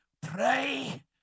Pray